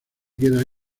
queda